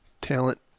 Talent